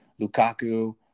Lukaku